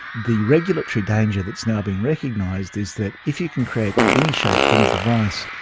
the regulatory danger that is now being recognised is that if you can create any shape, any device,